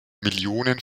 millionen